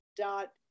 dot